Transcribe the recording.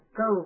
go